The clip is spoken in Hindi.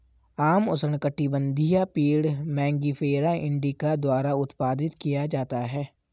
आम उष्णकटिबंधीय पेड़ मैंगिफेरा इंडिका द्वारा उत्पादित किया जाता है